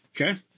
Okay